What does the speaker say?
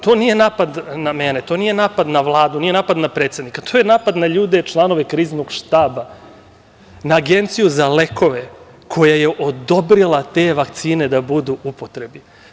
To nije napad na mene, to nije napad na Vladu, nije napad na predsednika, to je napad na ljude, članove Kriznog štaba, na Agenciju za lekove koje je odobrila te vakcine da budu u upotrebi.